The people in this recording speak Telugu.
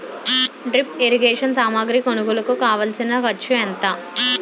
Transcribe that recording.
డ్రిప్ ఇరిగేషన్ సామాగ్రి కొనుగోలుకు కావాల్సిన ఖర్చు ఎంత